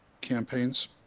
campaigns